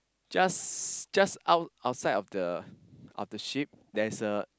just just out outside of the of the sheep there's a